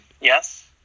yes